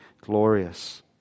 glorious